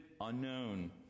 unknown